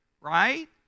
right